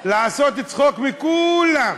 לעשות צחוק מכולם.